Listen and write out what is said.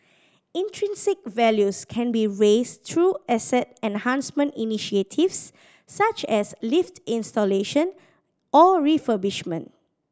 intrinsic values can be raised through asset enhancement initiatives such as lift installation or refurbishment